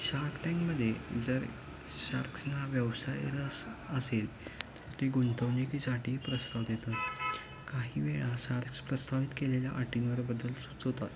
shark टँकमध्ये जर शार्क्सना व्यवसायला अस असेल तर ती गुंतवणूकीसाठी प्रस्ताव देतात काही वेळा शार्क्स प्रस्तावित केलेल्या आटींवर बदल सुचवतात